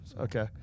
Okay